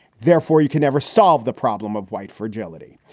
therefore, you can never solve the problem of white fragility.